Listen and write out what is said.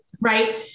Right